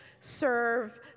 serve